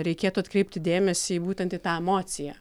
reikėtų atkreipti dėmesį būtent į tą emociją